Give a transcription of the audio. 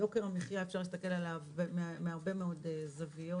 יוקר המחיה, אפשר להסתכל עליו מהרבה מאוד זוויות.